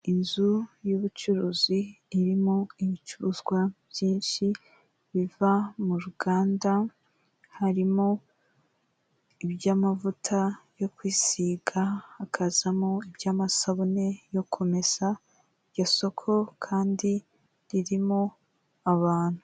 Inzu y'ubucuruzi irimo ibicuruzwa byinshi biva mu ruganda, harimo iby'amavuta yo kwisiga, hakazamo iby'amasabune yo kumesa, iryo soko kandi ririmo abantu.